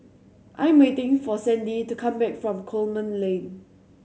I am waiting for Sandie to come back from Coleman Lane